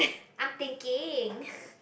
I'm thinking